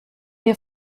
mir